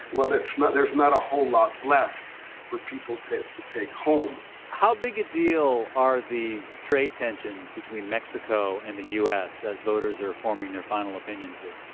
well, there's not there's not a whole lot left for people to take home how big a deal are these trade tensions between mexico and the u s. as voters are forming their final opinions here?